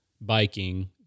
biking